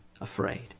afraid